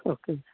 okay